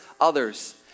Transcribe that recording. others